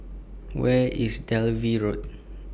Where IS Dalvey Road